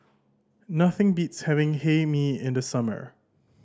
nothing beats having Hae Mee in the summer